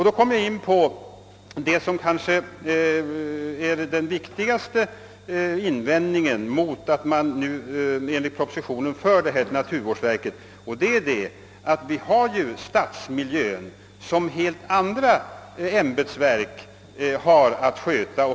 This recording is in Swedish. Då kommer jag in på vad som kanske är den viktigaste invändningen mot att som föreslagits i propositionen föra allt detta till naturvårdsverket, nämligen att vi har stadsmiljön som helt andra ämbetsverk skall sköta.